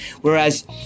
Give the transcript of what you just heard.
Whereas